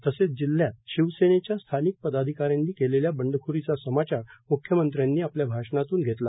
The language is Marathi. तसेच जिल्ह्यात शिवसेनेच्या स्थानिक पदाधिकाऱ्यांनी केलेल्या बंडखोरीचा समाचार म्ख्यमंत्र्यांनी आपल्या आषणातून धेतला